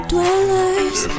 Dwellers